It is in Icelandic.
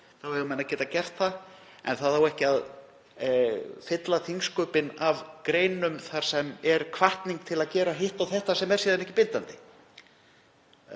eiga menn að geta gert það. Það á ekki að fylla þingsköp af greinum þar sem er hvatning til að gera hitt og þetta sem er síðan ekki bindandi.